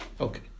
Okay